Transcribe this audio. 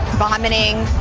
vomiting.